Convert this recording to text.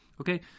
Okay